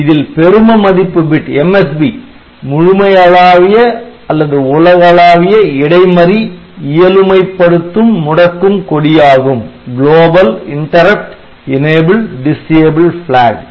இதில் பெரும மதிப்பு பிட் MSB முழுமை அளாவிய உலகளாவிய இடைமறி இயலுமைப்படுத்தும் முடக்கும் கொடியாகும் Global Interrupt EnableDisable Flag